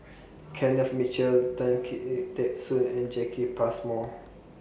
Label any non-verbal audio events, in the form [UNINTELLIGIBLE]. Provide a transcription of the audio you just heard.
Kenneth Mitchell Tan [UNINTELLIGIBLE] Teck Soon and Jacki Passmore